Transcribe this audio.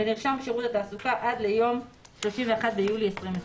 ונרשם בשירות התעסוקה עד יום (31 ביולי 2020)."